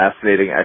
fascinating